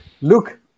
Look